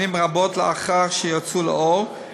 שנים רבות לאחר שיצאו לאור,